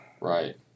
Right